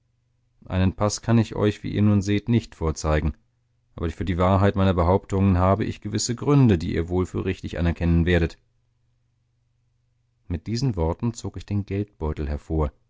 einen paß kann ich euch wie ihr seht nun nicht vorzeigen aber für die wahrheit meiner behauptungen habe ich gewisse gründe die ihr wohl für richtig anerkennen werdet mit diesen worten zog ich den geldbeutel hervor